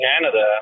Canada